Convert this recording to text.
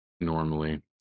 normally